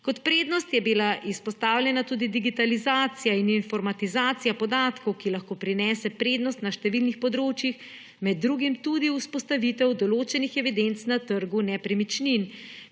Kot prednost je bila izpostavljena tudi digitalizacija in informatizacija podatkov, ki lahko prinese prednost na številnih področjih, med drugim tudi vzpostavitev določenih evidenc na trgu nepremičnin,